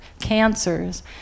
cancers